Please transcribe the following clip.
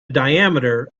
diameter